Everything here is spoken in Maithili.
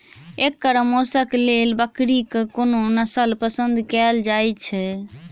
एकर मौशक लेल बकरीक कोन नसल पसंद कैल जाइ छै?